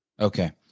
Okay